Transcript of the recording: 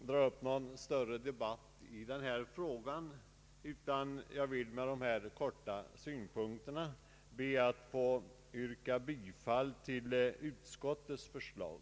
dra upp någon större debatt i denna fråga, utan jag ber att med de anförda synpunkterna få yrka bifall till utskottets hemställan.